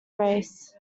race